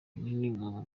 runini